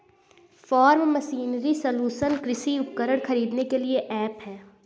form machinery solution कृषि उपकरण खरीदने के लिए ऐप है